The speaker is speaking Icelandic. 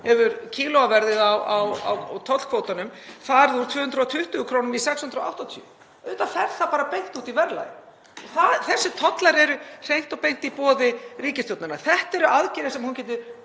hafi kílóverðið á tollkvótanum farið úr 220 kr. í 680. Auðvitað fer það bara beint út í verðlagið. Þessir tollar eru hreint og beint í boði ríkisstjórnarinnar. Þetta eru aðgerðir sem hún getur